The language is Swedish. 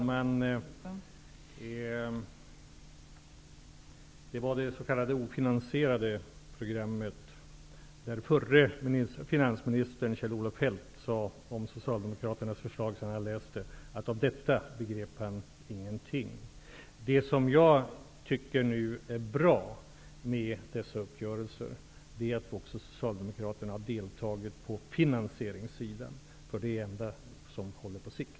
Fru talman! Det som åsyftas är det s.k. Socialdemokraternas förslag att han inte begrep någonting av det. Det jag tycker är bra med dessa uppgörelser är att också Socialdemokraterna deltagit på finansieringssidan. Det är det enda som håller på sikt.